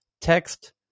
text